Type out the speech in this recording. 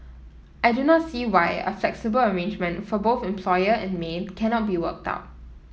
I do not see why a flexible arrangement for both employer and maid cannot be worked out